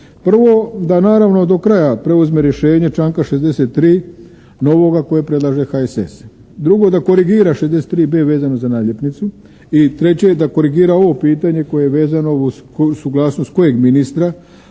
Prvo da naravno do kraja preuzme rješenje članka 63. novoga koji predlaže HSS. Drugo, da korigira 63.b vezano za naljepnicu. I treće je da korigira ovo pitanje koje je vezano uz suglasnost kojeg ministra.